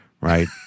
Right